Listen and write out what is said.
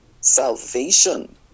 Salvation